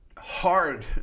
Hard